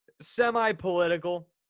semi-political